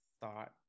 thought